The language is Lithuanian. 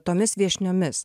tomis viešniomis